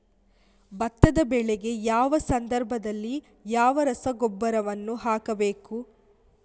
ಭತ್ತದ ಬೆಳೆಗೆ ಯಾವ ಸಂದರ್ಭದಲ್ಲಿ ಯಾವ ಗೊಬ್ಬರವನ್ನು ಹಾಕಬೇಕು?